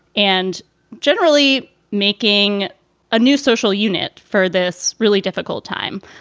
and generally making a new social unit for this really difficult time.